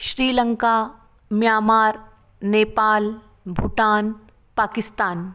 Sri Lanka Myanmar Nepal Bhutan Pakistan